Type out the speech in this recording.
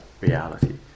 reality